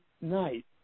night